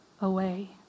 away